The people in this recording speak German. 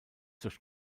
durch